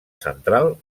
central